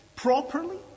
properly